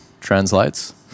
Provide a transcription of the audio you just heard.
translates